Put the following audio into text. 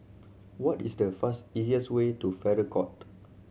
what is the easiest way to Farrer Court